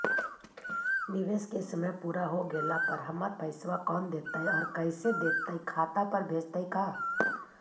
निवेश के समय पुरा हो गेला पर हमर पैसबा कोन देतै और कैसे देतै खाता पर भेजतै का?